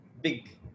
big